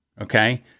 Okay